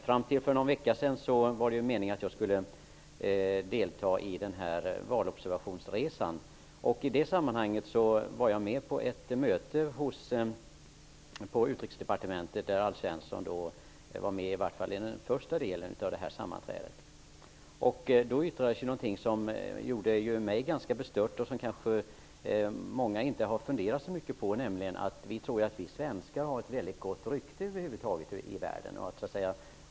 Fram till för någon vecka sedan var det meningen att jag skulle delta i valobservationsresan. I det sammanhanget var jag med på ett möte på Utrikesdepartementet, där Alf Svensson i vart fall var med under den första delen av sammanträdet. Då yttrades någonting som gjorde mig ganska bestört men som många kanske inte har funderat på. Vi tror att vi svenskar har ett mycket gott rykte i världen.